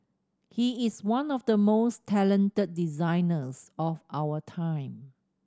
he is one of the most talented designers of our time